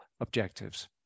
objectives